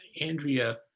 Andrea